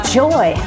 joy